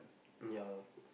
ya